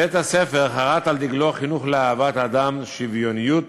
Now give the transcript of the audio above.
בית-הספר חרת על דגלו חינוך לאהבת האדם, שוויוניות